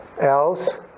else